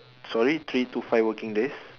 sorry three to five working days